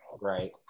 Right